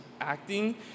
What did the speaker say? acting